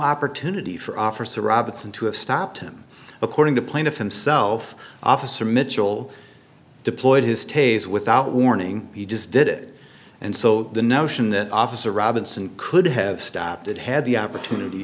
opportunity for officer robinson to have stopped him according to plaintiff himself officer mitchell deployed his taser without warning he just did it and so the notion that officer robinson could have stopped it had the opportunity